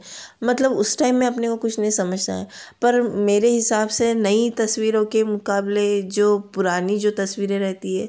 मतलब उस टाइम में अपने को कुछ नहीं समझता है पर मेरे हिसाब से नई तस्वीरों के मुकाबले जो पुरानी जो तस्वीर रहती हैं